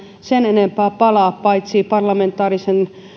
sen enempää palaa paitsi parlamentaarisen